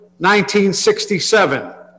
1967